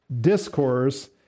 discourse